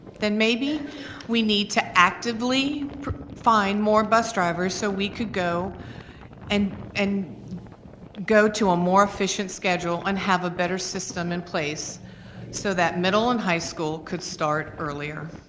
then maybe we need to actively find more bus drivers so we could go and and go to a more efficient schedule and have a better system in place so that middle and high school could start earlier.